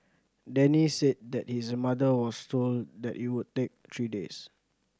Denny said that his mother was told that it would take three days